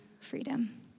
freedom